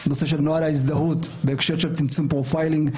הנושא של נוהל ההזדהות בהקשר של צמצום פרופיילינג,